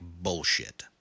bullshit